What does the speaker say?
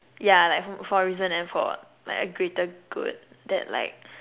yeah like for a reason and for like a greater good that like